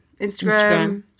Instagram